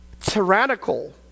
tyrannical